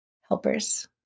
helpers